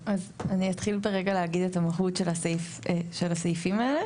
אז אני אתחיל בלהגיד רגע את מהות הסעיפים האלה.